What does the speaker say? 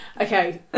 okay